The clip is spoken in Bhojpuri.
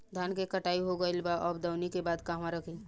धान के कटाई हो गइल बा अब दवनि के बाद कहवा रखी?